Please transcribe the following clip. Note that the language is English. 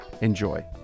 Enjoy